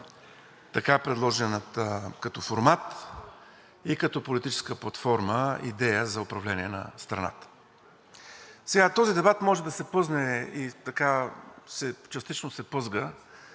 така предложената като формат и като политическа платформа идея за управление на страната. Сега, този дебат може да се плъзне и частично се плъзга